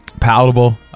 palatable